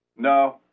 No